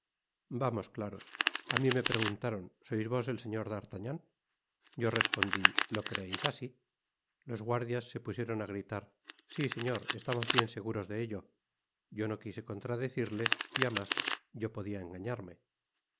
vamos claros á mi me preguntaron sois vos el señor d'artagnan yo respondi lo creeis asi los guardias se pusieron á gritar si señor estamos bien seguros de ello yo no quise contradecirles y ámas yo podia engañarme